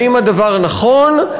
האם הדבר נכון,